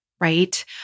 right